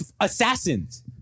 assassins